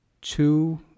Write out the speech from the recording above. two